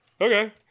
okay